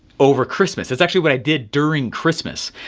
over christmas. that's actually what i did during christmas.